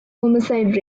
homicide